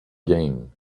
game